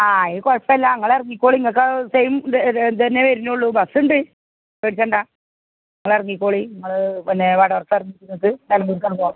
ആ എങ്കിൽ കുഴപ്പമില്ല ഇങ്ങളെറങ്ങിക്കോളി ഇങ്ങൾക്ക് സെയിം ഇത് ഇത് ഇതന്നെ വരുന്നുള്ളു ബസ്സുണ്ട് പേടിക്കണ്ട നിങ്ങളെറങ്ങിക്കോളി നിങ്ങൾ പിന്നെ വടവർത്തെറങ്ങി ചെന്നിട്ട് നെലംമ്പൂർക്കങ്ങ് പോവാം